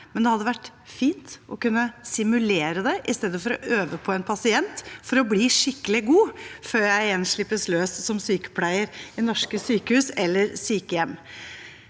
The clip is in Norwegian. men det hadde vært fint å kunne simulere det i stedet for å øve på en pasient for å bli skikkelig god før jeg igjen slippes løs som sykepleier i norske sykehus eller sykehjem.